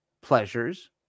pleasures